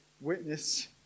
witness